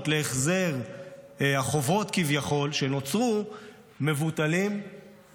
להחזר החובות כביכול שנוצרו מבוטלות,